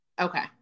Okay